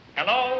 Hello